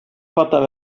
fattar